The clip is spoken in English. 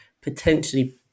potentially